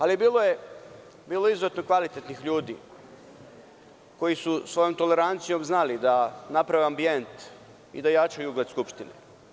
Ali, bilo je izuzetno kvalitetnih ljudi, koji su svojom tolerancijom znali da naprave ambijent i da jačaju ugled Skupštine.